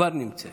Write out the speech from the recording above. כבר נמצאת.